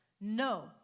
no